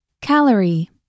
calorie